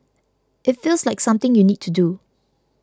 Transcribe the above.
it feels like something you need to do